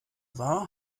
war